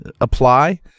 apply